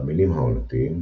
במינים העונתיים,